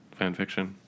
fanfiction